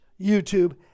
YouTube